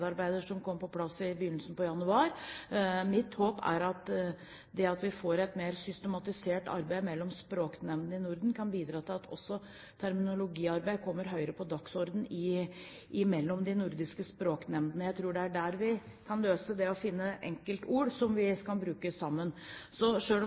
på plass i begynnelsen av januar. Mitt håp er at det at vi får et mer systematisert arbeid mellom språknemndene i Norden, kan bidra til at også terminologiarbeid kommer høyere på dagsordenen. Jeg tror det er der vi kan løse det å finne enkeltord som vi kan bruke sammen. Selv om